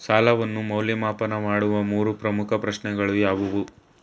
ಸಾಲವನ್ನು ಮೌಲ್ಯಮಾಪನ ಮಾಡುವ ಮೂರು ಪ್ರಮುಖ ಪ್ರಶ್ನೆಗಳು ಯಾವುವು?